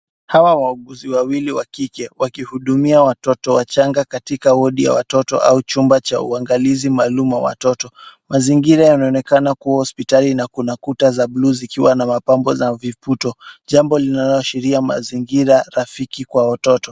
Hawa wauguzi wawili wa kike wakihudumia watoto wachanga katika wodi ya watoto au chumba cha uangalizi maalum ya watoto. Mazingira yanaonekana kuwa hospitali na kuta kuta za bluu zikiwa na mapambo na viputo. Jambo linaloashiria mazingira rafiki kwa watoto